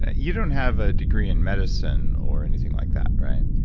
and you don't have a degree in medicine or anything like that, right?